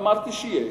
אמרתי שיש.